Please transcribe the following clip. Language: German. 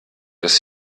dass